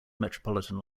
metropolitan